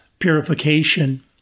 purification